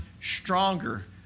stronger